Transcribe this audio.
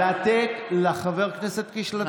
חברים, לתת לחבר הכנסת קיש להשלים את דברו.